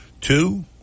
Two